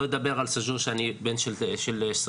לא נדבר על סאג'ור שאני בן של סאג'ור.